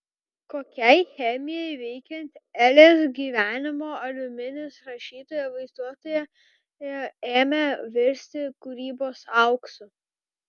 kokiai chemijai veikiant elės gyvenimo aliuminis rašytojo vaizduotėje ėmė virsti kūrybos auksu